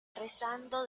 rezando